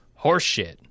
Horseshit